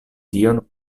tion